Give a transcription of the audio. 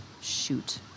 Shoot